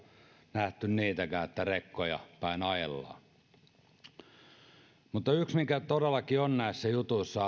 nähty niitäkään että rekkoja päin ajellaan yksi asia mikä todellakin on näissä jutuissa